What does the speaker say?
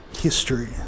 history